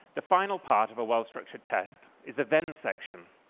the final part of a well-structured test is the then section.